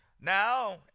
Now